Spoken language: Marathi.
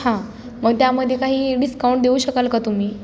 हां मग त्यामधये काही डिस्काउंट देऊ शकाल का तुम्ही